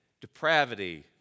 depravity